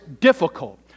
difficult